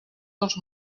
dels